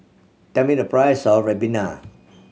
tell me the price of ribena